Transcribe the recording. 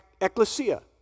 ecclesia